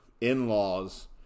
in-laws